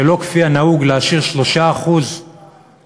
שלא כפי שנהוג להשאיר 3% מהתקציב,